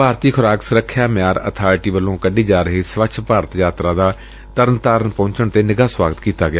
ਭਾਰਤੀ ਖੁਰਾਕ ਸੁਰੱਖਿਆ ਮਿਆਰ ਅਬਾਰਟੀ ਵੱਲੋਂ ਕੱਢੀ ਜਾ ਰਹੀ ਸਵੱਛ ਭਾਰਤ ਯਾਤਰਾ ਦਾ ਤਰਨਤਰਨ ਪਹੁੰਚਣ ਤੇ ਨਿੱਘਾ ਸੁਆਗਤ ਕੀਤਾ ਗਿਆ